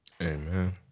Amen